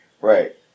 Right